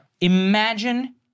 Imagine